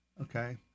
Okay